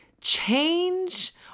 change